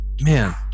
man